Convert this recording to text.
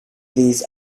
these